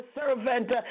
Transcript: servant